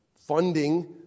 funding